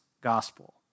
gospel